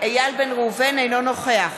אינו נוכח